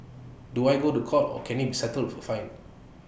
do I go to court or can IT be settled for fine